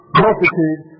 multitude